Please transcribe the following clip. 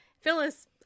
Phyllis